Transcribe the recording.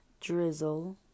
Drizzle